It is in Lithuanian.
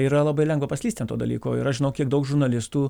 yra labai lengva paslysti ant to dalyko ir aš žinau kiek daug žurnalistų